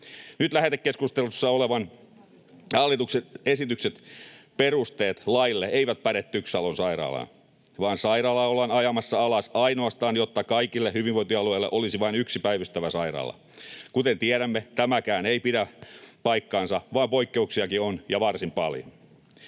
Nyt lähetekeskustelussa olevan hallituksen esityksen perusteet laille eivät päde TYKS Salon sairaalaan, vaan sairaala ollaan ajamassa alas ainoastaan, jotta kaikilla hyvinvointialueilla olisi vain yksi päivystävä sairaala. Kuten tiedämme, tämäkään ei pidä paikkaansa, vaan poikkeuksiakin on ja varsin paljon.